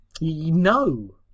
No